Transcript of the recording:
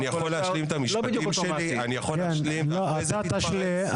אני יכול להשלים את המשפטים שלי ואחרי זה תתפרץ?